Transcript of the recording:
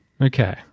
Okay